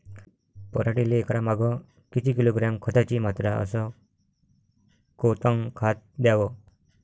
पराटीले एकरामागं किती किलोग्रॅम खताची मात्रा अस कोतं खात द्याव?